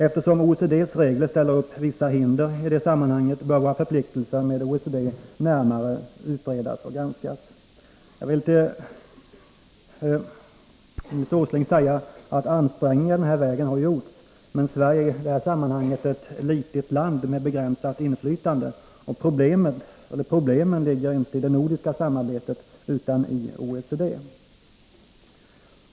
Eftersom OECD:s regler ställer upp vissa hinder i det sammanhanget bör våra förpliktelser med OECD närmare utredas och granskas. Jag vill till Nils Åsling säga att ansträngningar i den här vägen har gjorts, men Sverige är i detta sammanhang ett litet land med ett begränsat inflytande. Problemen ligger inte i det nordiska samarbetet utan i OECD.